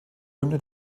hymne